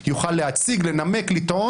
תסביר אחרי זה במליאה כמה אתה דמוקרט.